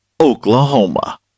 Oklahoma